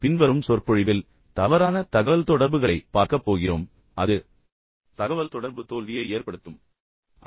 பின்வரும் சொற்பொழிவில் தவறான தகவல்தொடர்புகளைப் பார்க்கப் போகிறோம் ஆனால் இப்போது அது தகவல்தொடர்பு தோல்வியை ஏற்படுத்தும் என்பதை நீங்கள் புரிந்துகொள்ளுங்கள்